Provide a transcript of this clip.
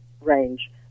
range